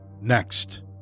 Next